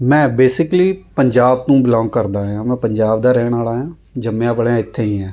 ਮੈਂ ਬੇਸੀਕਲੀ ਪੰਜਾਬ ਤੋਂ ਬਿਲੌਂਗ ਕਰਦਾ ਏ ਹਾਂ ਮੈਂ ਪੰਜਾਬ ਦਾ ਰਹਿਣ ਵਾਲਾ ਏ ਹਾਂ ਜੰਮਿਆਂ ਪਲਿਆਂ ਇੱਥੇ ਹੀ ਹਾਂ